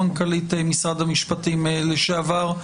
מנכ"לית משרד המשפטים לשעבר.